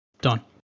Done